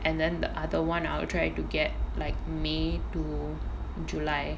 and then the other one I will try to get like may to july